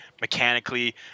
mechanically